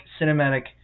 cinematic